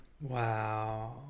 Wow